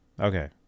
Okay